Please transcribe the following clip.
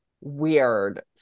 weird